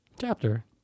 chapter